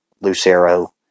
Lucero